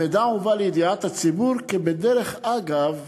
המידע הובא לידיעת הציבור כבדרך אגב.